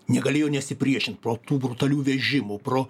negalėjo nesipriešint pro tų brutalių vežimų pro